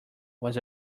was